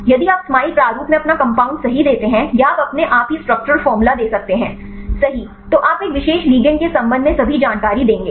यदि आप स्माइल प्रारूप में अपना कंपाउंड सही देते हैं या आप अपने आप ही स्ट्रक्चर फॉर्मूला दे सकते हैं सही तो आप एक विशेष लिगैंड के संबंध में सभी जानकारी देंगे